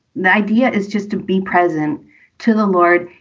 the idea is just to be present to the lord.